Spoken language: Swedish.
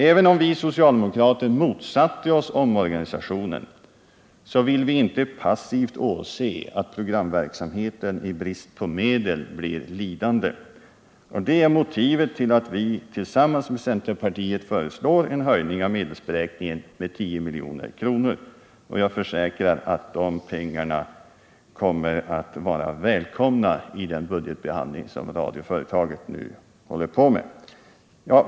Även om vi socialdemokrater motsatte oss omorganisationen, så vill vi inte passivt åse att programverksamheten i brist på medel blir lidande. Det är motivet till att vi tillsammans med centerpartiet föreslår en höjning av medelsberäkningen med 10 milj.kr. Jag försäkrar att de pengarna kommer att vara välkomna i den budgetbehandling som radioföretaget nu håller på med.